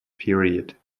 period